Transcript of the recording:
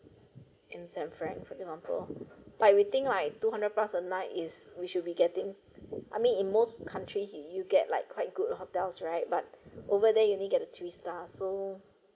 in san franc~ for example but we think like two hundred plus a night is we should be getting I mean in most countries you you get like quite good hotels right but over there you only get a three stars so